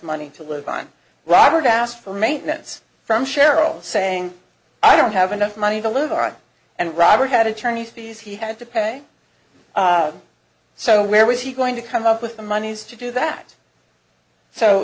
money to live on robert asked for maintenance from cheryl saying i don't have enough money to live on and robert had attorneys fees he had to pay so where was he going to come up with the monies to do that so